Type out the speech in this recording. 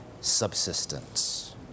subsistence